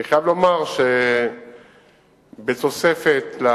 אני חייב לומר שנוסף על